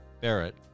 Barrett